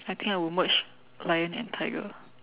I think I will merge lion and tiger